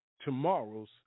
tomorrow's